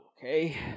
okay